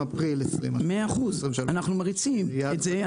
על אפריל 2023. אנחנו מריצים את זה,